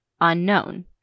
unknown